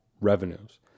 revenues